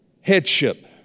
Headship